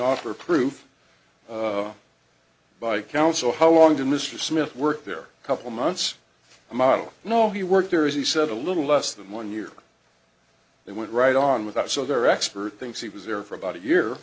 offer proof by counsel how long did mr smith work there a couple months a model no he worked there is he said a little less than one year they went right on without so their expert thinks he was there for about a year